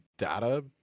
data